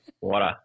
Water